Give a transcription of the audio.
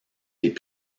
les